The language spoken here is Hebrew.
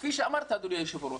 כפי שאמרת אדוני היושב-ראש,